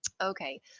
Okay